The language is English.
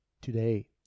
today